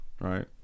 right